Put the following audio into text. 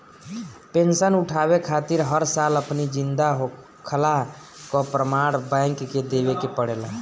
pension उठावे खातिर हर साल अपनी जिंदा होखला कअ प्रमाण बैंक के देवे के पड़ेला